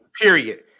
Period